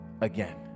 again